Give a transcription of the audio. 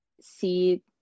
see